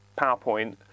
PowerPoint